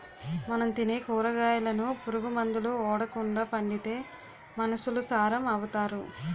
మనం తినే కూరగాయలను పురుగు మందులు ఓడకండా పండిత్తే మనుసులు సారం అవుతారు